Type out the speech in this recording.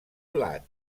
blat